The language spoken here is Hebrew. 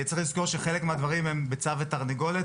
צריך לזכור שחלק מהדברים הם ביצה ותרנגולת,